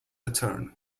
return